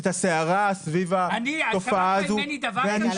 את הסערה סביב התופעה הזאת ואני שואל -- אתה שמעת ממני דבר כזה?